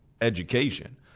education